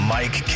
Mike